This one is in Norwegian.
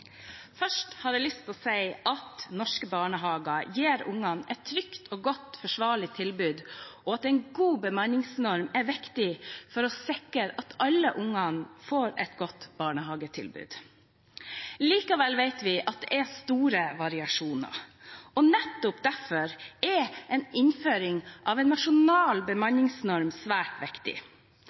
Først har jeg lyst til å si at norske barnehager gir barna et trygt, godt og forsvarlig tilbud, og at en god bemanningsnorm er viktig for å sikre at alle barn får et godt barnehagetilbud. Likevel vet vi at det er store variasjoner, og nettopp derfor er innføring av en nasjonal bemanningsnorm svært viktig